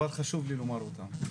אבל חשוב לי לומר אותם.